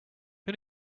who